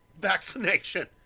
vaccination